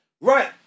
Right